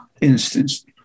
instance